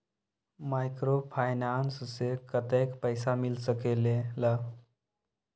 Microfinance से कतेक पैसा मिल सकले ला?